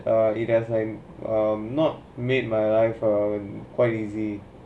err it has like not made my life ah quite easy